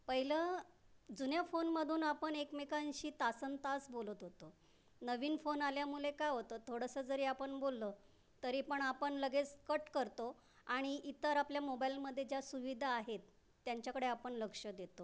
पहिलं जुन्या फोनमधून आपण एकमेकांशी तासंतास बोलत होतो नवीन फोन आल्यामुळे काय होतं थोडंसं जरी आपण बोललं तरी पण आपण लगेच कट करतो आणि इतर आपल्या मोबाईलमध्ये ज्या सुविधा आहेत त्यांच्याकडे आपण लक्ष देतो